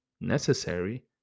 necessary